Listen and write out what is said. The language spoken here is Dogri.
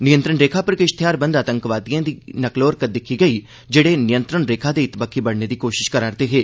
नियंत्रण रेखा पर किश थेआरबंद आतंकवादिए दी नकलो हरकत दिक्खी गेई जेड़े नियंत्रण रेखा दे इत बक्खी बड़ने दी कोश्त करा रदे हे